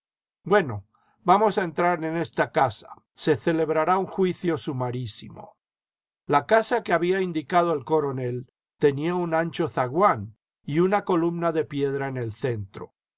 bueno vamos a entrar en esta casa se celebrará un juicio sumarísimo la casa que había indicado el coronel tenía un ancho zaguán y una columna de piedra en el centro